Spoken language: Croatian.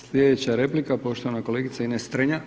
Slijedeća replika, poštovana kolegica Ines Strenja.